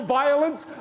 violence